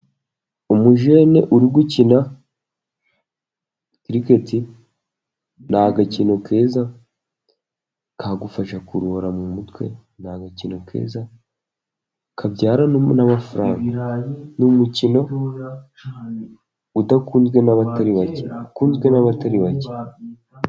Umujene uri gukina kiriketi, ni agakino keza kagufasha kuruhura mu mutwe, ni agakino keza kabyara n'amafaranga, ni umukino udakunzwe n'abatari bake, ukunzwe n'abatari bake.